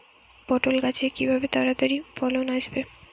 পটল গাছে কিভাবে তাড়াতাড়ি ফলন আসবে?